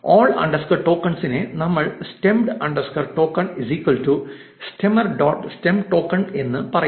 all underscore tokens ഇനെ നമ്മൾ stemmed underscore token stemmer dot stem token എന്ന് പറയുന്നു